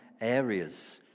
areas